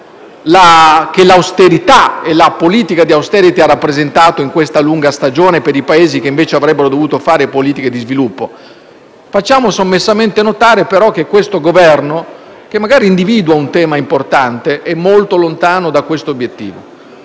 che la politica di *austerity* ha rappresentato in questa lunga stagione per i Paesi che invece avrebbero dovuto fare politiche di sviluppo. Tuttavia facciamo sommessamente notare che il Governo, che magari individua un tema importante, è molto lontano da questo obiettivo.